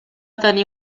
tenir